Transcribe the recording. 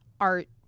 art